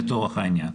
לצורך העניין.